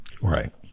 Right